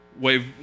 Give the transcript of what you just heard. wave